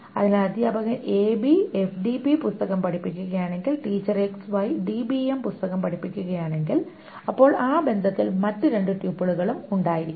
അതിനാൽ അധ്യാപകൻ AB FDB പുസ്തകം പഠിപ്പിക്കുകയാണെങ്കിൽ ടീച്ചർ XY ഡിബിഎം പുസ്തകം പഠിപ്പിക്കുകയാണെങ്കിൽ അപ്പോൾ ആ ബന്ധത്തിൽ മറ്റ് രണ്ട് ട്യൂപ്പിളുകളും ഉണ്ടായിരിക്കണം